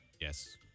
Yes